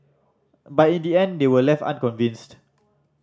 but in the end they were left unconvinced